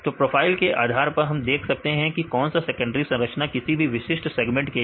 तो प्रोफाइल के आधार पर हम देख सकते हैं कौन सा सेकेंडरी संरचना किसी भी विशिष्ट सेगमेंट के लिए